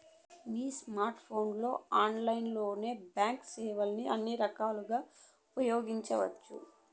నీ స్కోర్ట్ ఫోన్లలో ఆన్లైన్లోనే బాంక్ సేవల్ని అన్ని రకాలుగా ఉపయోగించవచ్చు